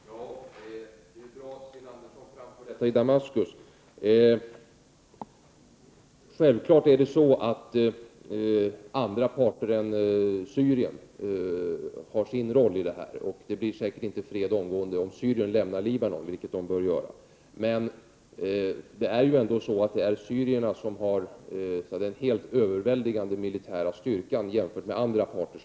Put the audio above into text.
Herr talman! Det är bra att Sten Andersson framför detta i Damaskus. Självklart är det så att andra parter än Syrien har sin roll också i konflikten. Det blir säkert inte fred omgående om Syrien lämnar Libanon, vilket det bör göra. Men det är ändå syrierna som har den helt överväldigande militära styrkan jämfört med andra parter.